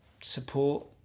support